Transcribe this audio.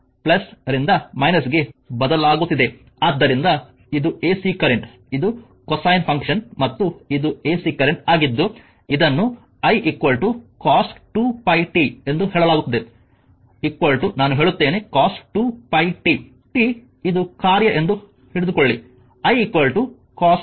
ಆದ್ದರಿಂದ ಇದು AC current ಇದು ಕೊಸೈನ್ ಫಂಕ್ಷನ್ ಮತ್ತು ಇದು ಎಸಿ ಕರೆಂಟ್ ಆಗಿದ್ದು ಇದನ್ನು ಇದನ್ನು i cos2πtಎಂದು ಹೇಳಲಾಗುತ್ತದೆ ನಾನು ಹೇಳುತ್ತೇನೆ cos2πt t ಇದು ಕಾರ್ಯ ಎಂದು ಹಿಡಿದುಕೊಳ್ಳಿ i cos2πt